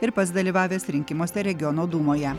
ir pats dalyvavęs rinkimuose regiono dūmoje